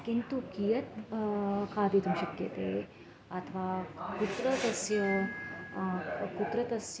किन्तु कियत् खादितुं शक्यते अथवा कुत्र तस्य कुत्र तस्य